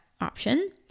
option